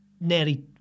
nearly